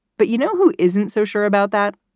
but you know who isn't so sure about that?